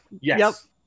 Yes